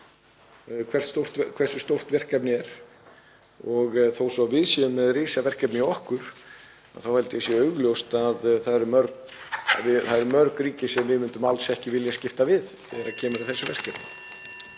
hversu stórt verkefnið er. Þótt við séum með risaverkefni hjá okkur þá held ég að það sé augljóst að það eru mörg ríki sem við myndum alls ekki vilja skipta við þegar kemur að þessu verkefni.